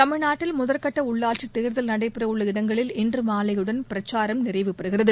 தமிழ்நாட்டில் முதல்கட்ட உள்ளாட்சித் தேர்தல் நடைபெற உள்ள இடங்களில் இன்று மாலையுடன் பிரச்சாரம் நிறைவு பெறுகிறது